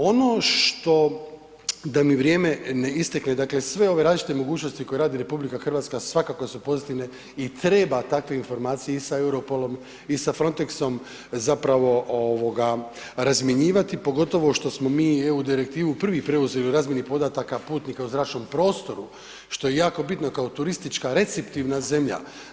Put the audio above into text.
Ono što, da mi vrijeme ne istekne, dakle sve ove različite mogućnosti koje radi RH svakako su pozitivne i treba takve informacije i sa Europarlamentom i sa Frontexom zapravo ovoga razmjenjivati pogotovo što smo mi i EU direktivu prvi preuzeli u razmjeni podataka putnika u zračnom prostoru što je jako bitno kao turistička reciptivna zemlja.